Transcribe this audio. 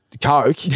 Coke